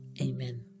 Amen